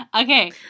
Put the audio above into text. Okay